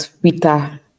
Twitter